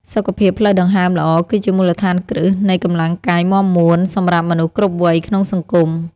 សុខភាពផ្លូវដង្ហើមល្អ គឺជាមូលដ្ឋានគ្រឹះនៃកម្លាំងកាយមាំមួនសម្រាប់មនុស្សគ្រប់វ័យក្នុងសង្គម។